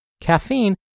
Caffeine